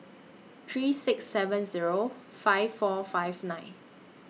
three six seven Zero five four five nine